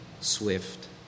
swift